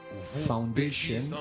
foundation